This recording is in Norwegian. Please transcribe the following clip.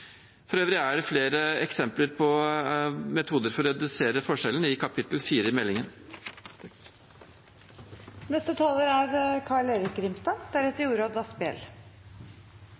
For øvrig er det flere eksempler på metoder for å redusere forskjellene i kapittel 4 i meldingen.